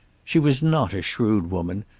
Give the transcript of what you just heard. she was not a shrewd woman,